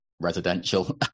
residential